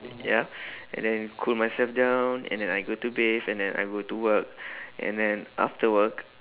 ya and then cool myself down and then I go to bathe and then I go to work and then after work